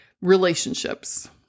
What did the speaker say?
relationships